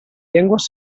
llengües